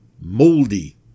Moldy